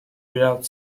without